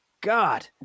God